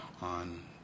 on